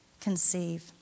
conceive